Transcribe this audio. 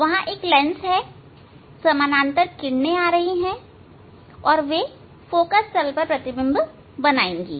वहां एक लेंस है समानांतर किरणे आ रही हैं और वे फोकल तल पर प्रतिबिंब बनाएंगी